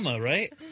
right